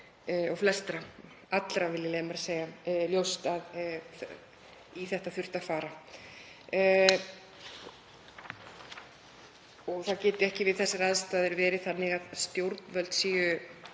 og flestra, allra vil ég leyfa mér að segja, ljóst að í þetta þurfti að fara. Það geti ekki við þessar aðstæður verið þannig að stjórnvöld séu